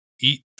eat